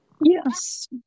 Yes